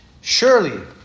Surely